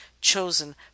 chosen